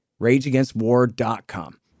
RageAgainstWar.com